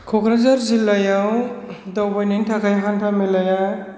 क'क्राझार जिल्लायाव दावबायनायनि थाखाय हान्थामेलाया